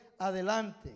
adelante